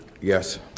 Yes